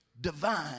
divine